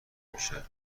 میشه